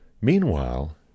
meanwhile